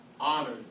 honored